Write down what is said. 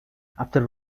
after